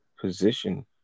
position